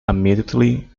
immediately